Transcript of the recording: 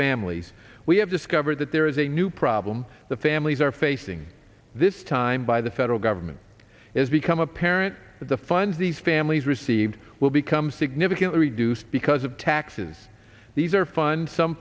families we have discovered that there is a new problem the families are facing this time by the federal government has become apparent that the funds these families received will become significantly reduced because of taxes these are fund some